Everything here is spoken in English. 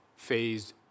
phased